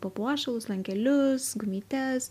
papuošalus lankelius gumytes